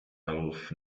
auf